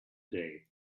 day